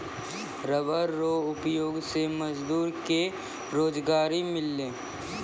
rubber रो उपयोग से मजदूर के रोजगारी मिललै